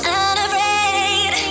unafraid